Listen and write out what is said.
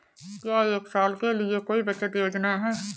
क्या एक साल के लिए कोई बचत योजना है?